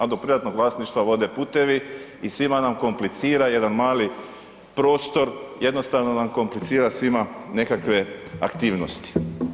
A do privatnog vlasništva vode putevi i svima nam komplicira jedan mali prostor jednostavno nam komplicira svima nekakve aktivnosti.